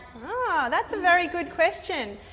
ah that's a very good question.